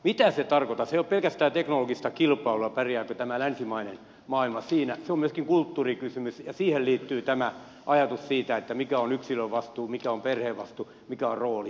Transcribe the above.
se ei ole pelkästään teknologista kilpailua pärjääkö tämä länsimainen maailma siinä se on myöskin kulttuurikysymys ja siihen liittyy tämä ajatus siitä mikä on yksilön vastuu mikä on perheen vastuu mikä on rooli